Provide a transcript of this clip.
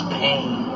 pain